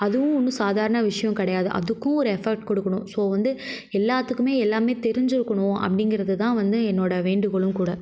அதுவும் ஒன்று சாதாரண விஷயம் கிடையாது அதுக்கும் ஒரு எஃபோட் கொடுக்குணும் ஸோ வந்து எல்லாத்துக்குமே எல்லாமே தெரிஞ்சிருக்கணும் அப்படிங்கறதுதான் வந்து என்னோட வேண்டுகோளும் கூட